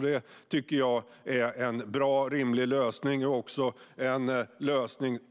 Det tycker jag är en bra och rimlig lösning,